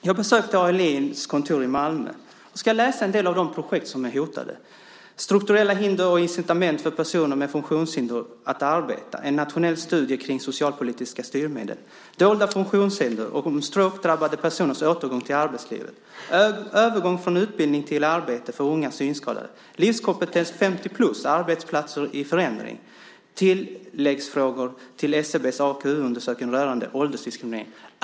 Jag besökte ALI:s kontor i Malmö, och jag ska läsa upp en del av de projekt som är hotade: strukturella hinder och incitament för personer med funktionshinder att arbeta, en nationell studie kring socialpolitiska styrmedel, dolda funktionshinder och strokedrabbade personers återgång till arbetslivet, övergång från utbildning till arbete för unga synskadade, livskompetens 50-plus, arbetsplatser i förändring, tilläggsfrågor till SCB:s AKU-undersökning rörande åldersdiskriminering.